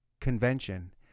convention